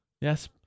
Yes